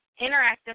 Interactive